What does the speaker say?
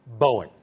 Boeing